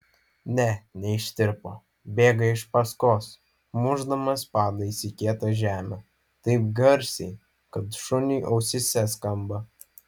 ne neištirpo bėga iš paskos mušdamas padais į kietą žemę taip garsiai kad šuniui ausyse skamba